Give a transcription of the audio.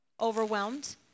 Overwhelmed